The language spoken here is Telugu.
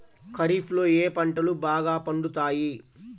ఖరీఫ్లో ఏ పంటలు బాగా పండుతాయి?